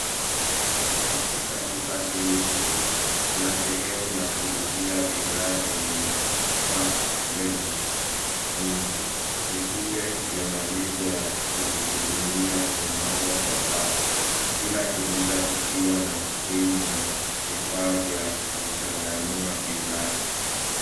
Katika duka hili kubwa, kuna sehemu ya kulipia bidhaa yenye fast lane nyingi. Vitufe vya malipo ya kujihudumia vimepangwa kwa safu kila kimoja kikiwa na skrini na vifaa vya kuchanganua bidhaa.